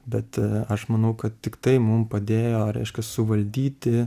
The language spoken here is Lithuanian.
bet aš manau kad tik tai mum padėjo reiškia suvaldyti